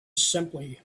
simply